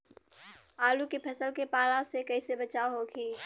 आलू के फसल के पाला से कइसे बचाव होखि?